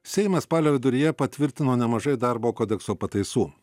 seimas spalio viduryje patvirtino nemažai darbo kodekso pataisų